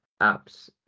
apps